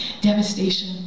devastation